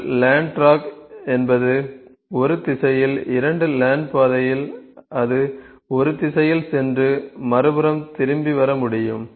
ஒரு lane track என்பது ஒரு திசையில் இரண்டு லேன் பாதையில் அது ஒரு திசையில் சென்று மறுபுறம் திசையில் திரும்பி வர முடியும்